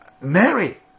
Mary